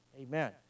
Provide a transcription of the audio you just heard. Amen